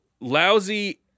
lousy